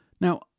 Now